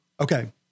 Okay